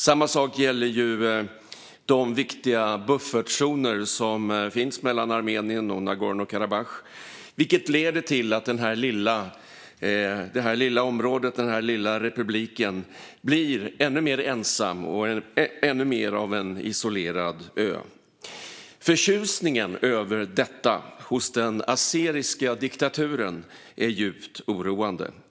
Samma sak gäller de viktiga buffertzoner som finns mellan Armenien och Nagorno-Karabach, vilket leder till att den här lilla republiken blir ännu mer ensam och ännu mer av en isolerad ö. Förtjusningen över detta hos den azerbajdzjanska diktaturen är djupt oroande.